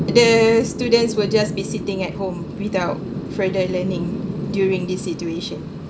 the students will just be sitting at home without further learning during this situation